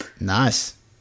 Nice